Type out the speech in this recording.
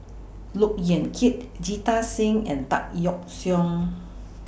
Look Yan Kit Jita Singh and Tan Yeok Seong